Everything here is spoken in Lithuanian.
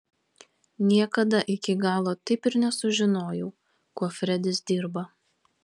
niekada iki galo taip ir nesužinojau kuo fredis dirba